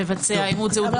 לבצע אימות זהות.